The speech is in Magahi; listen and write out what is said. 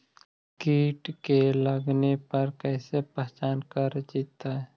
कीट के लगने पर कैसे पहचान कर जयतय?